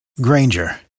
Granger